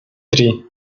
три